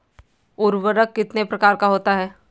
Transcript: उर्वरक कितने प्रकार का होता है?